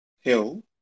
hill